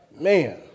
man